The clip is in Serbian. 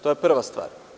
To je prva stvar.